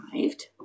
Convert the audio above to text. arrived